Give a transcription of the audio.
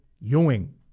Ewing